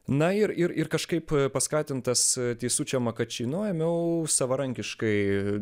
na ir ir ir kažkaip paskatintas teisučio makačino ėmiau savarankiškai